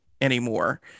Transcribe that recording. anymore